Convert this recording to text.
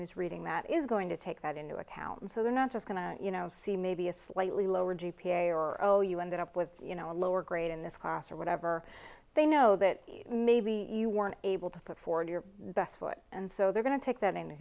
who's reading that is going to take that into account and so they're not just going to you know see maybe a slightly lower g p a or oh you ended up with you know a lower grade in this class or whatever they know that maybe you weren't able to put forward your best foot and so they're going to take that into